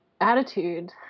attitude